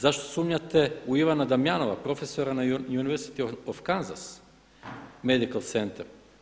Zašto sumnjate u Ivana Damjanova profesora na university of Kansas medical centar?